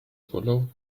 swallow